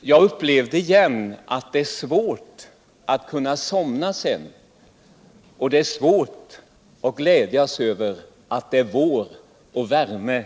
Jag upplevde då åter hur svårt det sedan var att somna och hur svårt det var att kunna glädjas över att det är vår och värme!